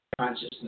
consciousness